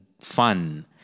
fun